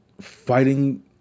fighting